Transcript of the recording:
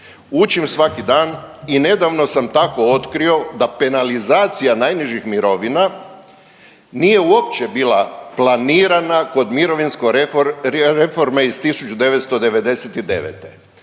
Učim svaki dan i nedavno sam tako otkrio da penalizacija najnižih mirovina nije uopće bila planirana kod mirovinske reforme iz 1999.